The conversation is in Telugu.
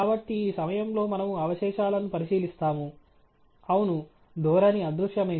కాబట్టి ఈ సమయంలో మనము అవశేషాలను పరిశీలిస్తాము అవును ధోరణి అదృశ్యమైంది